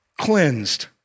cleansed